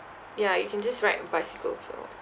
ya you can just ride a bicycle so